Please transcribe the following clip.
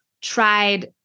tried